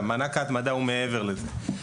ההתמדה, מענק ההתמדה הוא מעבר לזה.